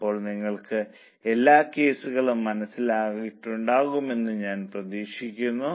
അപ്പോൾ നിങ്ങൾക്ക് എല്ലാ കേസുകളും മനസ്സിലായിട്ടുണ്ടാകുമെന്ന് ഞാൻ പ്രതീക്ഷിക്കുന്നു